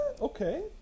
okay